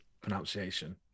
pronunciation